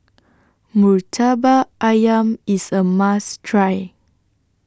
Murtabak Ayam IS A must Try